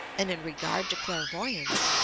and in regard to clairvoyance,